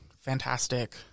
fantastic